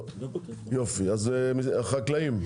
אז החקלאים,